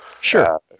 Sure